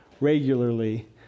regularly